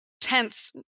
tense